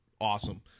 awesome